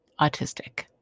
autistic